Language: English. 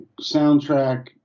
soundtrack